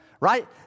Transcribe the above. right